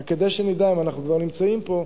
רק כדי שנדע, אם אנחנו כבר נמצאים פה: